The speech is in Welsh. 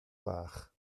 fach